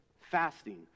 fasting